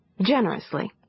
Generously